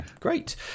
Great